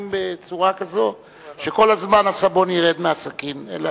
בצורה כזו שכל הזמן הסבון ירד מהסכין.